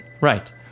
Right